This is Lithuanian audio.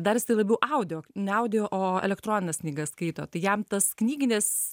dar labiau audio ne audio o elektronines knygas skaito tai jam tas knyginės